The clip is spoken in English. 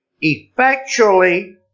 effectually